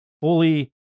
fully